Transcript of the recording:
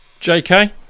JK